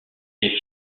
est